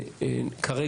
תוצרי פעילות יעדי אדם מבצע